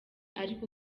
ariko